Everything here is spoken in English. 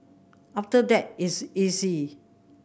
after that it's easy